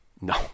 No